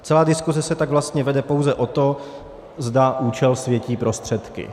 Celá diskuse se tak vlastně vede pouze o tom, zda účel světí prostředky.